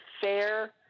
fair